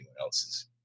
else's